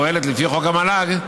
הפועלת לפי חוק המל"ג,